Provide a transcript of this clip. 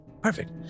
Perfect